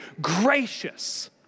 gracious